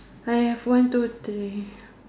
I have one two three